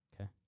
Okay